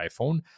iPhone